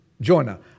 Jonah